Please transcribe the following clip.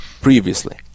previously